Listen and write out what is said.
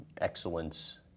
excellence